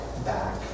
back